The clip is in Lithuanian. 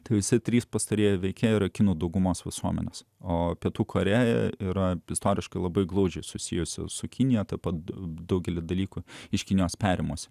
tai visi trys pastarieji veikėjai yra kinų daugumos visuomenės o pietų korėja yra istoriškai labai glaudžiai susijusi su kinija taip pat daugelį dalykų iš kinijos perėmusi